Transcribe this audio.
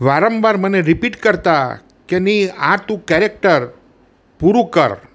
વારંવાર મને રીપીટ કરતા કે નહીં આ તું કેરેક્ટર પૂરું કર